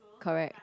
correct